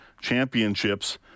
Championships